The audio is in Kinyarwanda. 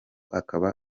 akaba